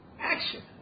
action